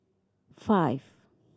five